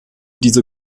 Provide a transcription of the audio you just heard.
diese